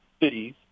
cities